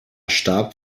starb